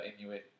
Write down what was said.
Inuit